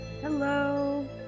Hello